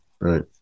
Right